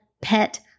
Pet